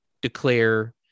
declare